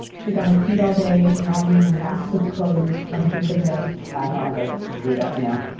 she's on her feet all day, dragging racks of clothes from here to there my hands are screwed up now.